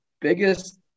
biggest